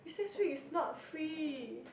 recess week is not free